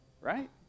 right